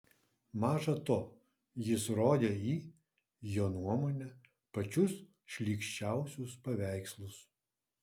maža to jis rodė į jo nuomone pačius šlykščiausius paveikslus